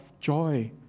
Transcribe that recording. joy